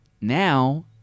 now